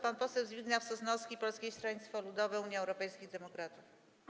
Pan poseł Zbigniew Sosnowski, Polskie Stronnictwo Ludowe - Unia Europejskich Demokratów.